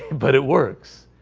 but it works,